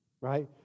right